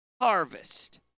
harvest